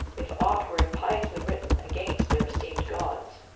if aught were impiously written against their esteemed gods.